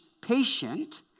patient